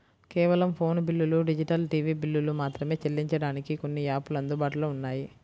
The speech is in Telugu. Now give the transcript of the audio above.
కేవలం ఫోను బిల్లులు, డిజిటల్ టీవీ బిల్లులు మాత్రమే చెల్లించడానికి కొన్ని యాపులు అందుబాటులో ఉన్నాయి